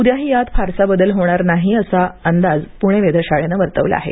उद्याही यात फारसा बदल होणार नाही असा अंदाज पणे वेधशाळेनं वर्तवला आहे